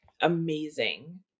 amazing